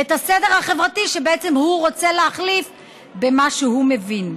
את הסדר החברתי שבעצם הוא רוצה להחליף במה שהוא מבין.